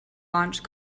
launch